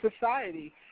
society